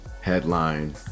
headline